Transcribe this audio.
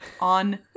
on